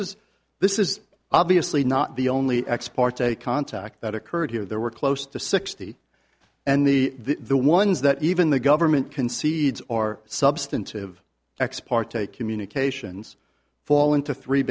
is this is obviously not the only ex parte contact that occurred here there were close to sixty and the the ones that even the government concedes are substantive ex parte communications fall into three